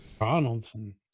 Donaldson